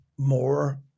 more